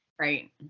right